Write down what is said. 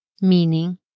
meaning